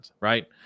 right